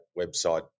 website